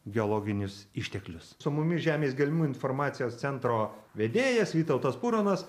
geologinius išteklius su mumis žemės gelmių informacijos centro vedėjas vytautas puronas